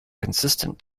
consistent